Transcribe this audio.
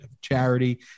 charity